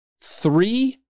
three